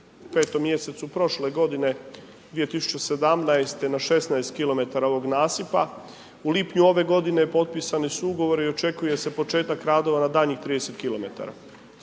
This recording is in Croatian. u 5. mjesecu prošle godine 2017. na 16km ovog nasipa. U lipnju ove godine potpisani su ugovori i očekuje se početak radova na daljnjih 30km.